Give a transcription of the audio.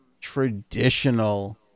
traditional